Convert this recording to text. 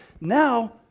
now